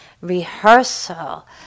rehearsal